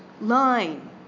line